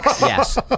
Yes